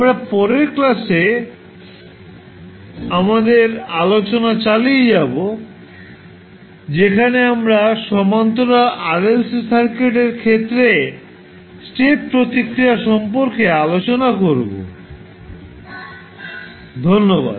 আমরা পরের ক্লাসে আমাদের আলোচনা চালিয়ে যাব যেখানে আমরা সমান্তরাল RLC সার্কিটের ক্ষেত্রে স্টেপ প্রতিক্রিয়া সম্পর্কে আলোচনা করব ধন্যবাদ